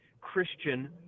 Christian